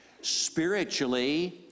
spiritually